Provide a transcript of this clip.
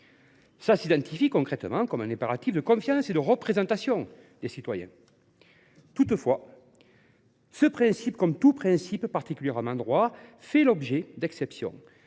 municipal complet. C’est un impératif de confiance et de représentation des citoyens. Toutefois, ce principe, comme tout principe, particulièrement en droit, fait l’objet d’exceptions.